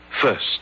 First